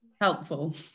helpful